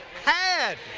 had,